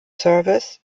service